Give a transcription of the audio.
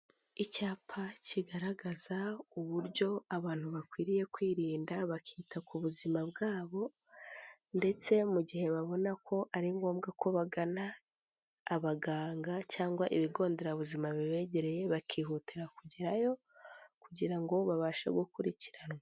Icyapa kigaragaza uburyo abantu bakwiriye kwirinda, bakita ku buzima bwabo ndetse mu gihe babona ko ari ngombwa ko bagana abaganga cyangwa ibigo nderabuzima bibegereye, bakihutira kugerayo kugira ngo babashe gukurikiranwa.